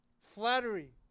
Flattery